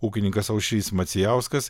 ūkininkas aušrys macijauskas